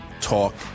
talk